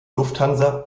lufthansa